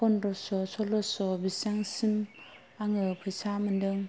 फनद्रस' सल्लस' बिसिनबां सिम आङो फैसा मोनदों